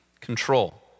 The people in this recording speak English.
control